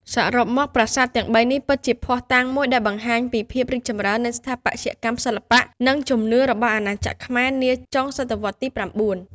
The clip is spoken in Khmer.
សរុបមក ប្រាសាទទាំងបីនេះពិតជាភស្តុតាងមួយដែលបង្ហាញពីភាពរីកចម្រើននៃស្ថាបត្យកម្ម សិល្បៈ និងជំនឿរបស់អាណាចក្រខ្មែរនាចុងសតវត្សរ៍ទី៩។